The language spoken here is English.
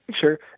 sure